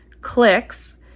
clicks